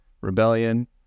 rebellion